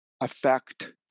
affect